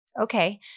Okay